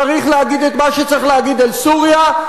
צריך להגיד את מה שצריך להגיד על סוריה,